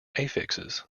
affixes